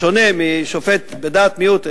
בשונה משופט בדעת מיעוט,